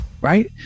right